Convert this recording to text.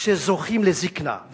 שזוכים לזיקנה.